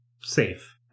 safe